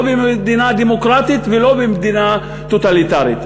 לא במדינה דמוקרטית ולא במדינה טוטליטרית.